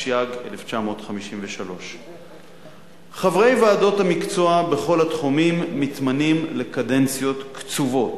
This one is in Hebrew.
התשי"ג 1953. חברי ועדות המקצוע בכל התחומים מתמנים לקדנציות קצובות.